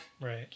Right